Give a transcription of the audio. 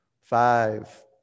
Five